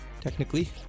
technically